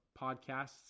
podcasts